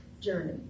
journey